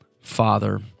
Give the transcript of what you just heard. Father